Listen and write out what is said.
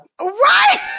Right